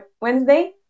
Wednesday